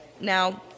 Now